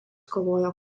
kovojo